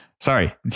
Sorry